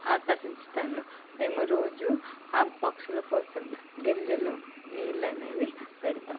ఆకర్షిస్తాను మేము రోజు ఆ పక్షుల కోసం గింజలు నీళ్ళు అనేవి పెడతాము